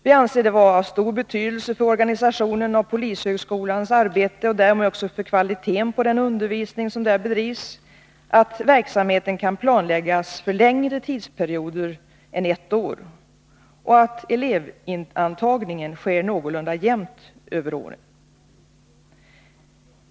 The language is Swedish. Vi anser det vara av stor betydelse för organisationen av polishögskolans arbete och därmed också för kvaliteten på den undervisning som där bedrivs att verksamheten kan planläggas för längre tidsperioder än ett år och att elevantagningen sker någorlunda jämnt över året.